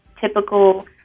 typical